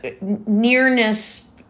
nearness